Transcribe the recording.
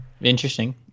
interesting